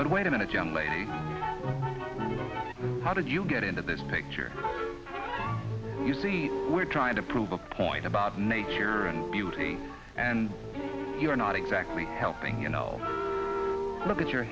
but wait a minute young lady how did you get into this picture you see we're trying to prove a point about nature and beauty and you're not exactly helping and i'll look at your